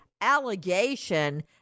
allegation